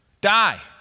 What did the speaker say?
Die